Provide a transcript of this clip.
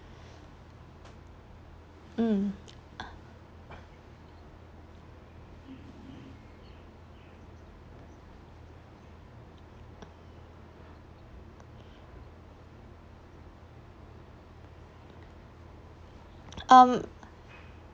mm um